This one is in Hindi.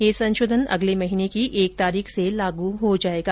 ये संशोधन अगले महीने की एक तारीख से लागू होगा